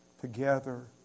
together